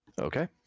Okay